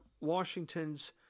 Washington's